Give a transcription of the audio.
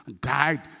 died